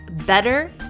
better